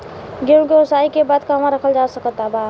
गेहूँ के ओसाई के बाद कहवा रखल जा सकत बा?